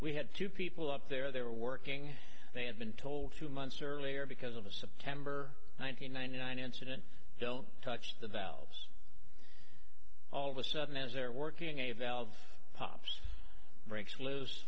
we had two people up there they were working they had been told two months earlier because of a symptom for nine hundred ninety nine incident don't touch the valves all of a sudden as they're working a valve pops breaks loose